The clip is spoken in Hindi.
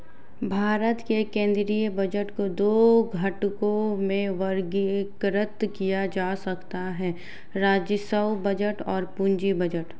भारत के केंद्रीय बजट को दो घटकों में वर्गीकृत किया जा सकता है राजस्व बजट और पूंजी बजट